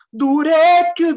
durek